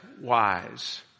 wise